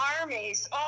armies